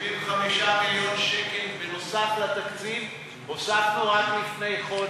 75 מיליון שקל בנוסף לתקציב, הוספנו עד לפני חודש.